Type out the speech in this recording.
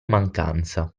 mancanza